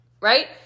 right